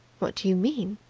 what do you mean?